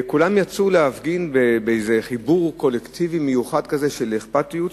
כולם יצאו להפגין באיזה חיבור קולקטיבי מיוחד של אכפתיות,